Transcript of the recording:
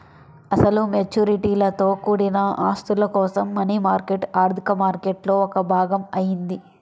అసలు మెచ్యూరిటీలతో కూడిన ఆస్తుల కోసం మనీ మార్కెట్ ఆర్థిక మార్కెట్లో ఒక భాగం అయింది